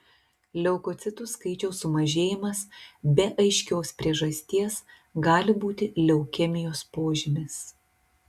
leukocitų skaičiaus sumažėjimas be aiškios priežasties gali būti leukemijos požymis